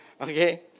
Okay